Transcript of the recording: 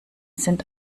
sind